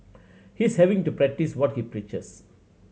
he's having to practice what he preaches